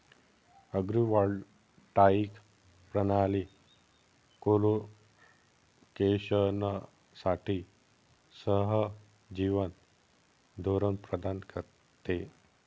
agrivoltaic प्रणाली कोलोकेशनसाठी सहजीवन धोरण प्रदान करते